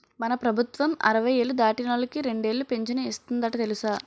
మన ప్రభుత్వం అరవై ఏళ్ళు దాటినోళ్ళకి రెండేలు పింఛను ఇస్తందట తెలుసా